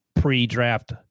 pre-draft